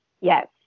Yes